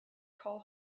call